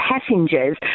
passengers